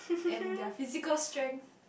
and their physical strength